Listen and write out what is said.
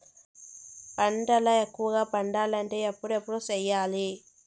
పంటల ఎక్కువగా పండాలంటే ఎప్పుడెప్పుడు సేయాలి?